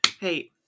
Hey